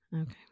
Okay